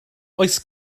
oes